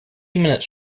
minutes